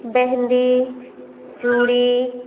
मेंहंदी चूड़ी